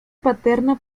paterna